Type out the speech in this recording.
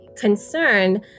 concern